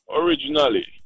originally